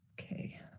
Okay